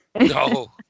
No